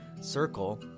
circle